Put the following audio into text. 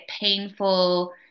painful